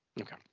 okay